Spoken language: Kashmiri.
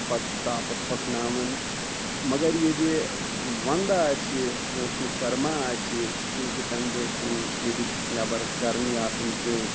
تہٕ پَتہٕ چھِ تاپَس ہوکھناوان مَگر ییٚلہِ ونٛدٕ آسہِ موسمہِ سرما آسہِ چونٛکہِ تَمہِ دۄہ چھنہٕ نٮ۪برۍ نٮ۪بر گرمی آسان کیٚنٛہہ